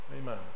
Amen